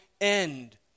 end